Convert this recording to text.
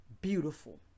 beautiful